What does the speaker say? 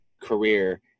career